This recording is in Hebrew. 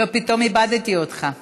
פתאום איבדתי אותך.